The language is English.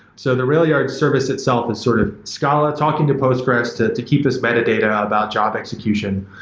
so the railyard service itself is sort of scala talking to postgres to to keep this metadata about job execution.